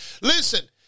Listen